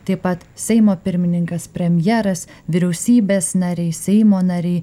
taip pat seimo pirmininkas premjeras vyriausybės nariai seimo nariai